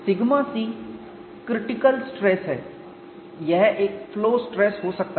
σc critical stress है यह एक फ्लो स्ट्रेस हो सकता है